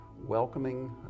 welcoming